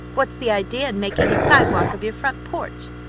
what's the idea in making a sidewalk of your front porch?